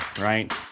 right